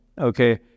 Okay